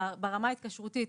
ברמה ההתקשרותית